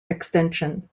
extension